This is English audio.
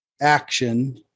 Action